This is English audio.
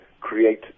create